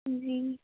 ਜੀ